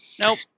nope